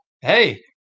hey